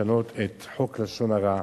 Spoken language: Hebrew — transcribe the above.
לשנות את חוק לשון הרע.